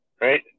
Right